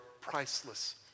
priceless